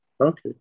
Okay